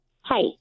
Hi